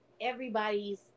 everybody's